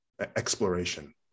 exploration